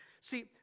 See